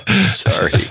Sorry